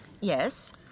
Yes